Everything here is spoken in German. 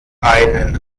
einen